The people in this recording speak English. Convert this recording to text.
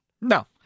No